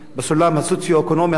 המשפחות מתחת לקו העוני.